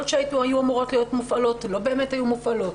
שהיו אמורות להיות מופעלות לא באמת היו מופעלות.